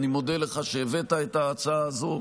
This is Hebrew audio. ואני מודה לך שהבאת את הצעת החוק הזאת